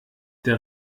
der